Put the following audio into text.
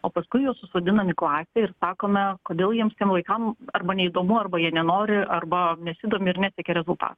o paskui juos susodinamį klasę ir sakome kodėl jiems tiem vaikam arba neįdomu arba jie nenori arba nesidomi ir nesiekia rezultatų